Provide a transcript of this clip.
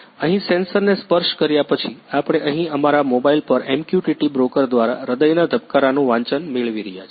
અહીં સેન્સરને સ્પર્શ કર્યા પછી આપણે અહીં અમારા મોબાઇલ પર MQTT બ્રોકર દ્વારા હ્રદયના ધબકારાનું વાંચન મેળવી રહ્યા છીએ